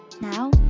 Now